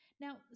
Now